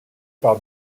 par